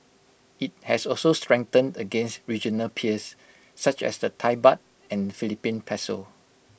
IT has also strengthened against regional peers such as the Thai Baht and Philippine Peso